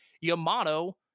Yamato